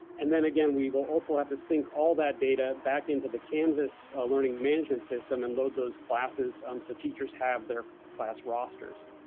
and then again, we will also have to sync all that data back into the canvas learning management system and load those classes um so teachers have their class rosters.